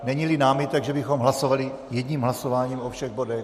Neníli námitek, že bychom hlasovali jedním hlasováním o všech bodech...